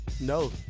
No